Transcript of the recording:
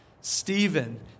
Stephen